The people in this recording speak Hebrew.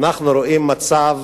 אנחנו רואים מצב